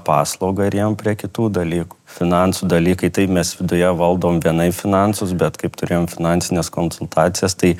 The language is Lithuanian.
paslaugą ir ėjom prie kitų dalykų finansų dalykai taip mes viduje valdom vienaip finansus bet kaip turėjom finansines konsultacijas tai